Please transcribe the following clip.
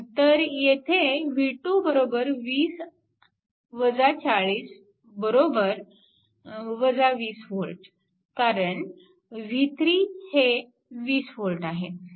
तर येथे v2 20 40 20V कारण v3 हे 20V आहे